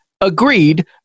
agreed